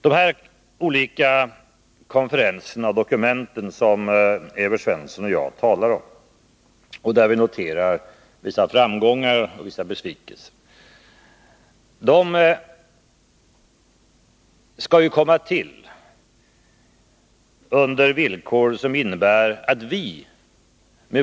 Då det gäller de konferenser och dokument som Evert Svensson och jag talar om kan vi notera vissa framgångar och vissa besvikelser.